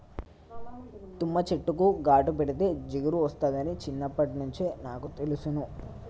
తుమ్మ చెట్టుకు ఘాటు పెడితే జిగురు ఒస్తాదని చిన్నప్పట్నుంచే నాకు తెలుసును